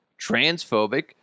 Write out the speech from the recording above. transphobic